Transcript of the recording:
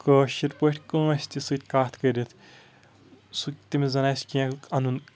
کٲشِر پٲٹھۍ کٲنٛسہِ تہِ سۭتۍ کَتھ کٔرِتھ سُہ تٔمِس زَن آسہِ کیٚنٛہہ اَنُن